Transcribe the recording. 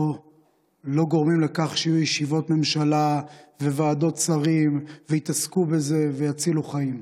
לא גורמים לכך שיהיו ישיבות ממשלה וועדות שרים ויתעסקו בזה ויצילו חיים.